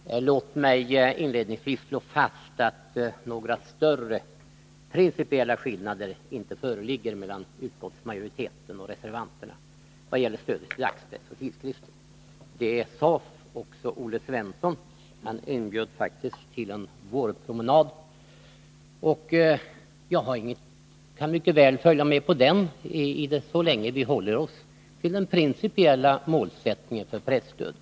Herr talman! Låt mig inledningsvis slå fast att några större principiella skillnader inte föreligger mellan utskottsmajoriteten och reservanterna vad gäller stödet till dagspress och tidskrifter. Det sade också Olle Svensson. Han inbjöd faktiskt till en vårpromenad, och jag kan mycket väl följa med på en sådan, så länge vi håller oss till den principiella målsättningen för presstödet.